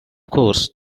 course